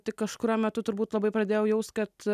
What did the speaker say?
tik kažkuriuo metu turbūt labai pradėjau jaust kad